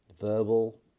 verbal